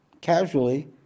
casually